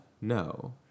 No